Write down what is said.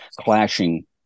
clashing